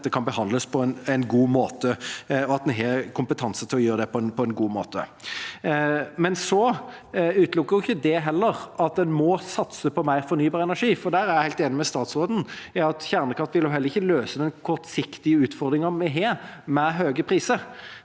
at dette kan behandles på en god måte, og at vi har kompetanse til å gjøre det på en god måte. Så utelukker jo ikke dette at en må satse på mer fornybar energi, for jeg er helt enig med statsråden i at kjernekraft vil heller ikke løse den kortsiktige utfordringen vi har med høye priser.